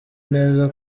neza